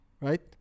right